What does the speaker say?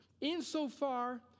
insofar